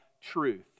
truth